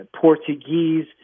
Portuguese